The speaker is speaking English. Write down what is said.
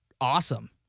awesome